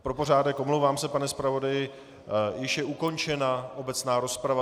A pro pořádek omlouvám se, pane zpravodaji již je ukončena obecná rozprava.